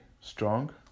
strong